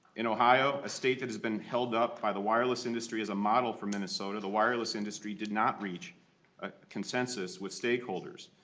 in ohio statement has been held up by the wireless industry as a model for minnesota the wireless industry did not reach a consensus with stakeholders.